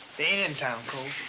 they ain't in town, cole.